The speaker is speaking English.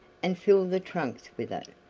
and fill the trunks with it.